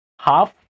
half